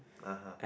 (uh huh)